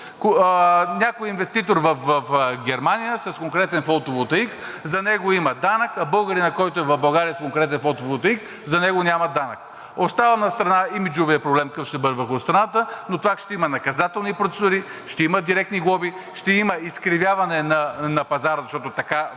Някой инвеститор в Германия с конкретен фотоволтаик, за него има данък, а българинът, който е в България с конкретен фотоволтаик, за него няма данък. Оставям настрана имиджовия проблем какъв ще бъде върху страната, но пак ще има наказателни процедури, ще има директни глоби, ще има изкривяване на пазара, защото така